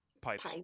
pipes